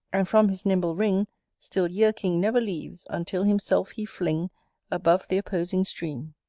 and, from his nimble ring still yerking, never leaves until himself he fling above the opposing stream.